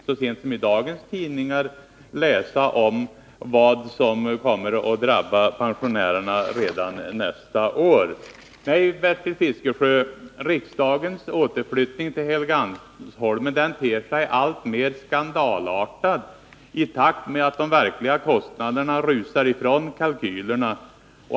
Så sent som i dagens tidningar kan vi läsa om vad som kommer att drabba pensionärerna redan nästa år. Nej, Bertil Fiskesjö, riksdagens återflyttning till Helgeandsholmen ter sig alltmer skandalartad i takt med att de verkliga kostnaderna rusar ifrån kalkylerna.